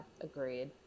agreed